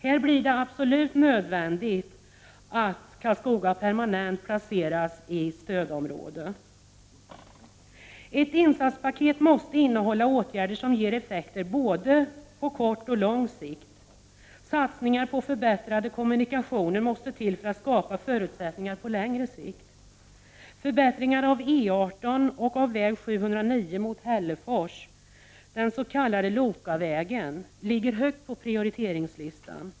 Här blir det absolut nödvändigt att Karlskoga permanent placeras i stödområde. Ett insatspaket måste innehålla åtgärder som ger effekter både på kort och på lång sikt. Satsningar på förbättrade kommunikationer måste till för att skapa förutsättningar på längre sikt. Förbättringar av E 18 och väg 709 mot Hällefors, den s.k. Lokavägen, ligger högt på prioriteringslistan.